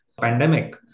pandemic